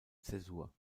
zäsur